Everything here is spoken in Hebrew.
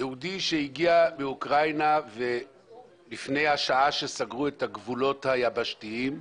יהודי שהגיע מאוקראינה לפני שעת סגירת הגבולות היבשתיים,